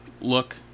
look